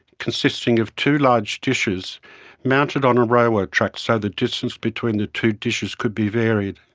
consisting of two large dishes mounted on a railway track so the distance between the two dishes could be varied.